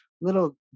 little